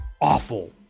awful